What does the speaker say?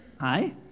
Hi